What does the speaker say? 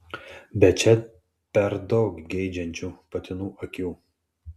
bet čia per daug geidžiančių patinų akių